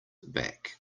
back